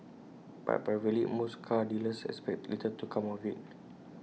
but privately most car dealers expect little to come of IT